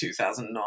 2009